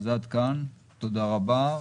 אז עד כאן ותודה רבה.